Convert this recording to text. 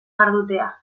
jardutea